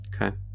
Okay